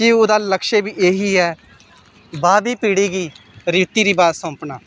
कि ओह्दा लक्ष्य बी एह् ही ऐ बाद दी पिढ़ी गी रिती रवाज सौंपना